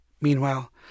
Meanwhile